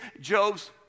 Job's